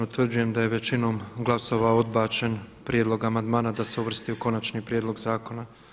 Utvrđujem da je većinom glasova odbačen prijedlog navedeni amandmana da se uvrsti u konačni prijedlog zakona.